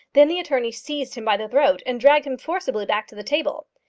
then the attorney seized him by the throat, and dragged him forcibly back to the table.